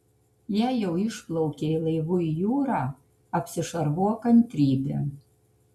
jei jau išplaukei laivu į jūrą apsišarvuok kantrybe